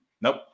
nope